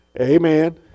Amen